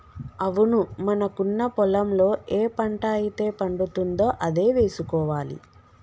అవును మనకున్న పొలంలో ఏ పంట అయితే పండుతుందో అదే వేసుకోవాలి